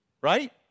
right